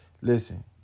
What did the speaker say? Listen